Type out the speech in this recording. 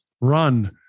run